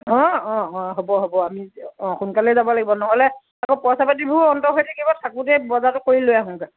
অঁ অঁ অঁ হ'ব হ'ব আমি অঁ সোনকালে যাব লাগিব নহ'লে আকৌ পইচা পাতিবোৰ অন্ত হৈ থাকিব থাকোতেই বজাৰটো কৰি লৈ আহোঁগে